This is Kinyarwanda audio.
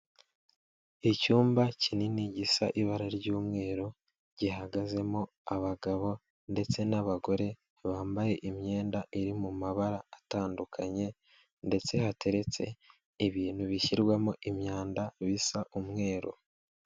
Icyumba kinini gisa ibara ry'umweru, gihagazemo abagabo ndetse n'abagore, bambaye imyenda iri mumabara atandukanye, ndetse hateretse ibintu bishyirwamo imyanda bisa umweru.